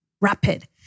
rapid